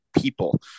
people